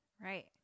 Right